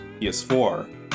PS4